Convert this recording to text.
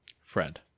Fred